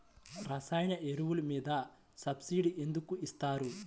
రసాయన ఎరువులు మీద సబ్సిడీ ఎందుకు ఇస్తారు?